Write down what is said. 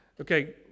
okay